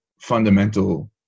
fundamental